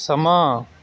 ਸਮਾਂ